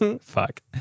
Fuck